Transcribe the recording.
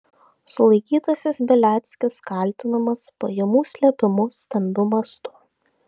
sulaikytasis beliackis kaltinamas pajamų slėpimu stambiu mastu